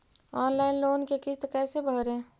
Online loan के किस्त कैसे भरे?